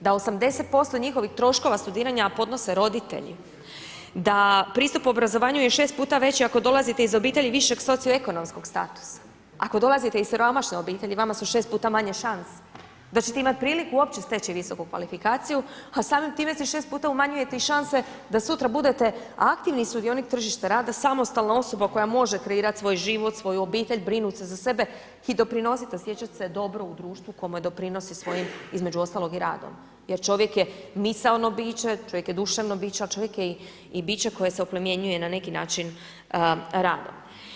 Da 80% njihovih troškova studiranja podnose roditelji, da pristup obrazovanju je šest puta veći ako dolazite iz obitelji višeg socioekonomskog statusa, ako dolazite iz siromašne obitelji vama su šest puta manje šanse da ćete imati priliku uopće steći visoku kvalifikaciju, a samim tim si šest puta umanjujete i šanse da sutra budete aktivni sudionik tržišta rada, samostalna osoba koja može kreirati svoj život, svoju obitelj, brinuti se za sebe, i doprinositi osjećati se dobro u društvu kome doprinosi svojim, između ostalog i radom jer čovjek je misaono biće, čovjek je duševno biće, ali čovjek je i biće koje se oplemenjuje na neki način radom.